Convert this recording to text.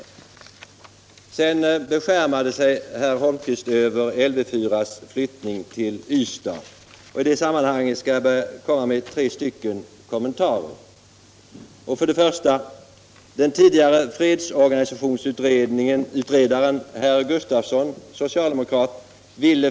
Därefter beskärmade sig herr Holmqvist över Lv 4:s flyttning till Ystad. I det sammanhanget skall jag göra tre kommentarer. 2.